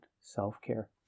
self-care